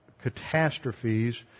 catastrophes